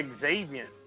Xavier